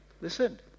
Listen